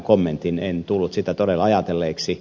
en tullut sitä todella ajatelleeksi